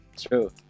true